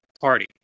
Party